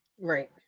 Right